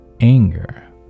Anger